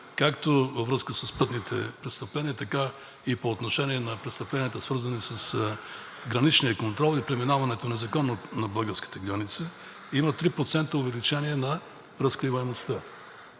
Така във връзка с пътните престъпления, както и по отношение на престъпленията, свързани с граничния контрол и преминаването незаконно на българската граница, има 3% увеличение на разкриваемостта